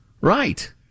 Right